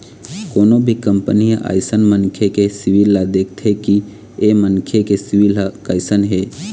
कोनो भी कंपनी ह अइसन मनखे के सिविल ल देखथे कि ऐ मनखे के सिविल ह कइसन हे